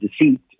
deceit